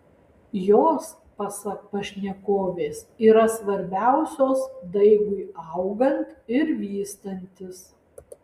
jos pasak pašnekovės yra svarbiausios daigui augant ir vystantis